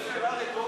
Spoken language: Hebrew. זו שאלה רטורית.